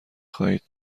خواهید